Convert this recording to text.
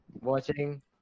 watching